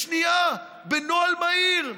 בשנייה, בנוהל מהיר.